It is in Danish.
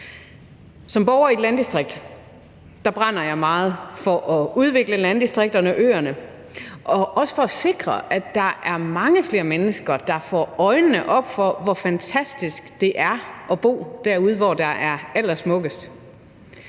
Som borger i et landdistrikt brænder jeg meget for at udvikle landdistrikterne og øerne og også for at sikre, at der er mange flere mennesker, der får øjnene op for, hvor fantastisk det er at bo derude, hvor der er allersmukkest,